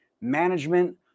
management